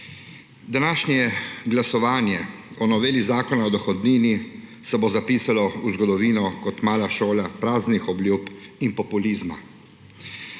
Današnje glasovanje o noveli Zakona o dohodnini se bo zapisalo v zgodovino kot mala šola praznih obljub in populizma.